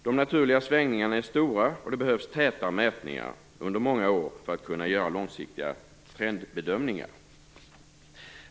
De naturliga svängningarna är stora, och det behövs täta mätningar under många år för att kunna göra långsiktiga pendelbedömningar.